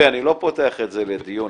אני לא פותח את זה לדיון,